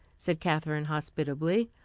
said katherine hospitably.